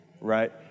Right